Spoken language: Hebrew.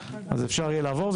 אפשר יהיה לעבור עליהן.